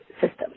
system